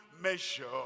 measure